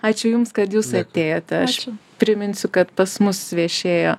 ačiū jums kad jūs atėjote aš priminsiu kad pas mus viešėjo